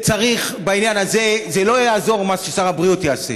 בעניין הזה לא יעזור מה ששר הבריאות יעשה,